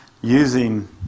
using